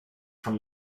from